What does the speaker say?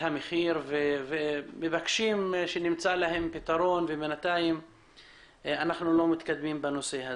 המחיר ומבקשים שנמצא להם פתרון ואנחנו לא מתקדמים בנושא.